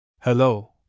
Hello